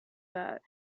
that